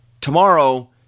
Tomorrow